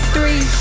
Three